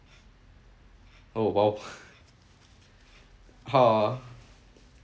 oh !wow! how ah